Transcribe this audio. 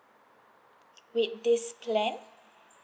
with this plan